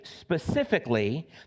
specifically